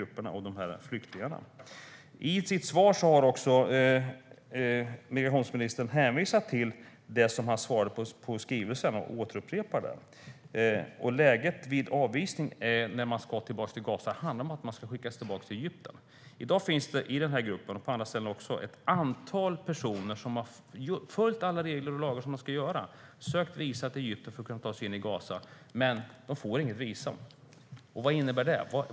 I sitt svar hänvisar migrationsministern till sitt svar på den skriftliga frågan och upprepar vad han sa där. Avvisning tillbaka till Gaza handlar om att man ska skickas till Egypten. I dag finns det i denna grupp, liksom på annat håll, ett antal personer som har följt alla regler och sökt visum till Egypten för att kunna ta sig in i Gaza, men de får inget visum. Vad innebär då det?